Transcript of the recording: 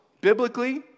biblically